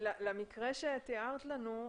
למקרה שתיארת לנו,